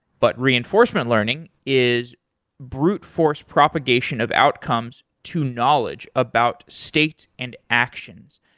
but reinforcement learning is brute force propagation of outcomes to knowledge about states and actions.